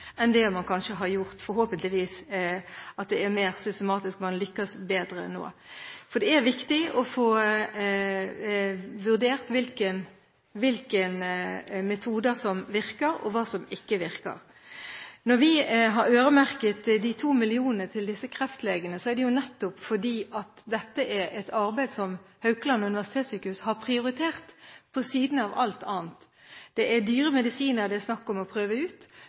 enn den man kanskje har hatt – at det forhåpentligvis er mer systematisk, og at man lykkes bedre nå. For det er viktig å få vurdert hvilke metoder som virker, og hvilke som ikke virker. Når vi har øremerket 2 mill. kr til disse kreftlegene, er det jo nettopp fordi dette er et arbeid som Haukeland universitetssjukehus har prioritert ved siden av alt annet. Det er dyre medisiner det er snakk om å prøve ut.